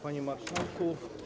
Panie Marszałku!